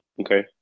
Okay